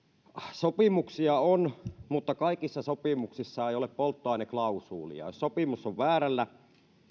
sopimuksia on mutta kaikissa sopimuksissa ei ole polttoaineklausuulia jos sopimus on väärällä